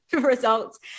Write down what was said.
results